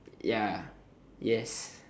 ya yes